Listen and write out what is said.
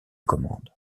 commande